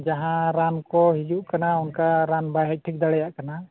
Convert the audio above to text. ᱡᱟᱦᱟᱸ ᱨᱟᱱ ᱠᱚ ᱦᱤᱡᱩᱜ ᱠᱟᱱᱟ ᱚᱱᱠᱟ ᱨᱟᱱ ᱵᱟᱭ ᱦᱮᱡ ᱴᱷᱤᱠ ᱫᱟᱲᱮᱭᱟᱜ ᱠᱟᱱᱟ